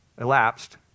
elapsed